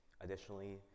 Additionally